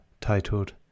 titled